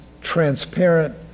transparent